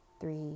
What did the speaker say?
three